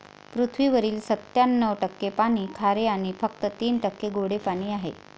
पृथ्वीवरील सत्त्याण्णव टक्के पाणी खारे आणि फक्त तीन टक्के गोडे पाणी आहे